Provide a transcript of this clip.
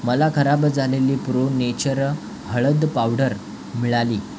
मला खराब झालेली प्रो नेचर हळद पावडर मिळाली